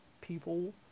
people